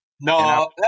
No